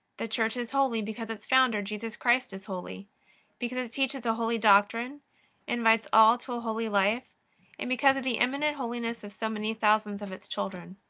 the church is holy because its founder, jesus christ, is holy because it teaches a holy doctrine invites all to a holy life and because of the eminent holiness of so many thousands of its children.